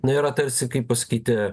na yra tarsi kaip pasakyti